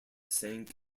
sank